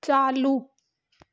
चालू